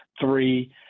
three